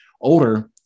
older